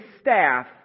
staff